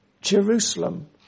Jerusalem